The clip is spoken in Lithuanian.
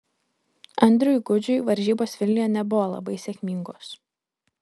andriui gudžiui varžybos vilniuje nebuvo labai sėkmingos